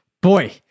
Boy